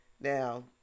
Now